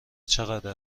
چقدر